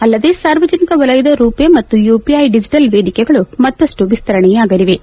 ಅಲ್ಲದೇ ಸಾರ್ವಜನಿಕ ವಲಯದ ರುಪೆ ಮತ್ತು ಯುಪಿಐ ಡಿಜೆಟಲ್ ವೇದಿಕೆಗಳು ಮತ್ತಷ್ಟು ವಿಸ್ತರಣೆಯಾಗಲಿವೆ